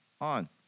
on